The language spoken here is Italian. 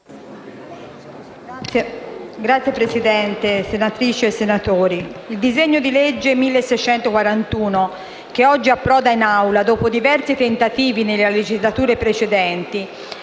Signora Presidente, senatrici e senatori, il disegno di legge n. 1641, che oggi approda in Aula, dopo diversi tentativi nelle legislature precedenti,